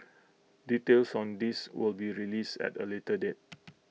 details on this will be released at A later date